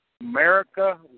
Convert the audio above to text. America